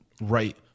right